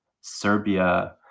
Serbia